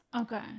Okay